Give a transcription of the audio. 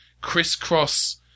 crisscross